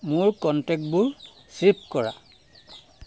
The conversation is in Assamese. মোৰ কণ্টেক্টবোৰ ছে'ভ কৰা